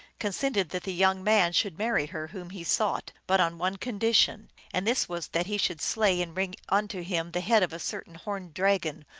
consented that the young man should marry her whom he sought, but on one condition and this was that he should slay and bring unto him the head of a, certain horned dragon,